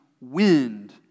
wind